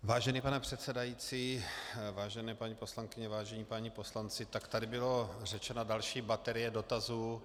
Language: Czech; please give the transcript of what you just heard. Vážený pane předsedající, vážené paní poslankyně, vážení páni poslanci, tady byla řečena další baterie dotazů.